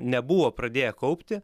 nebuvo pradėję kaupti